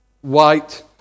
white